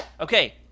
Okay